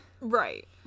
Right